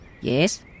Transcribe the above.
Yes